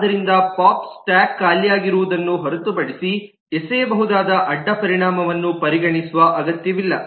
ಆದ್ದರಿಂದ pop stack ಖಾಲಿಯಾಗಿರುವುದನ್ನು ಹೊರತುಪಡಿಸಿ ಎಸೆಯಬಹುದಾದ ಅಡ್ಡಪರಿಣಾಮವನ್ನು ಪರಿಗಣಿಸುವ ಅಗತ್ಯವಿಲ್ಲ